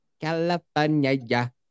california